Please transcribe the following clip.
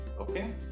okay